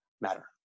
matter